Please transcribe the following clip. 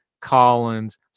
Collins